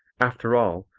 after all,